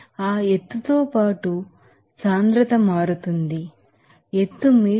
ఆ ఎత్తు తో పాటు గా డెన్సిటీ మారుతుంది ఎత్తు మీటర్ ఘనానికి